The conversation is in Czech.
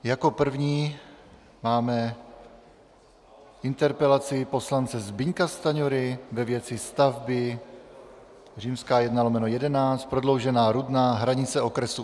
Jako první máme interpelaci poslance Zbyňka Stanjury ve věci stavby I/11 Prodloužená Rudná, Hranice okr.